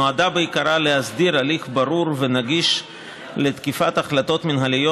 נועדה בעיקרה להסדיר הליך ברור ונגיש לתקיפת החלטות מינהליות